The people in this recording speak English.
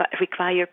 require